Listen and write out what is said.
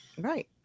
Right